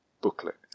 booklet